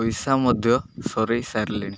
ପଇସା ମଧ୍ୟ ସରେଇ ସାରିଲଣି